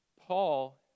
Paul